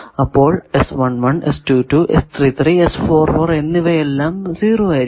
അപ്പോൾ ഇവയെല്ലാം 0 ആയിരിക്കണം